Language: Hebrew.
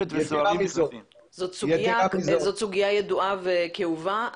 זאת סוגיה ידועה וכאובה.